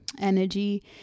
energy